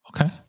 Okay